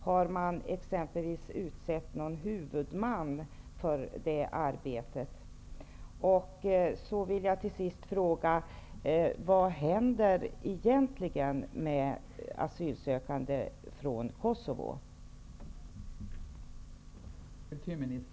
Har man exempelvis utsett någon huvudman för det arbetet?